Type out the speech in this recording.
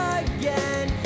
again